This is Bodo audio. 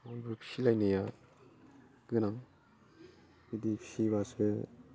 बे फिसिलायनाया गोनां बिदि फिसियोबासो